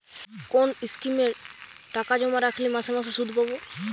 কোন স্কিমে টাকা জমা রাখলে মাসে মাসে সুদ পাব?